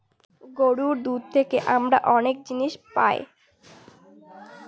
গরুর দুধ থেকে আমরা অনেক জিনিস পায়